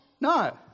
no